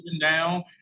down